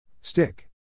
Stick